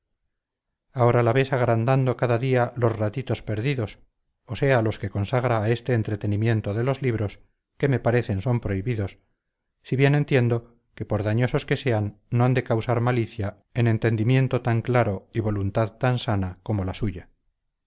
ahora la ves agrandando cada día los ratitos perdidos o sea los que consagra a este entretenimiento de los libros que me parecen son prohibidos si bien entiendo que por dañosos que sean no han de causar malicia en entendimiento tan claro y voluntad tan sana como la suya